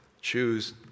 choose